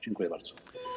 Dziękuję bardzo.